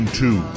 two